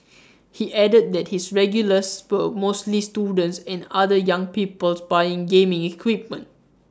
he added that his regulars were mostly students and other young people buying gaming equipment